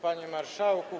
Panie Marszałku!